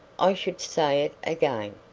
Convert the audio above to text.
i should say it again.